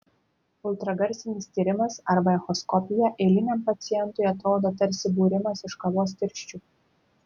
ultragarsinis tyrimas arba echoskopija eiliniam pacientui atrodo tarsi būrimas iš kavos tirščių